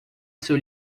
seu